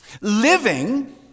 living